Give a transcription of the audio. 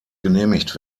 genehmigt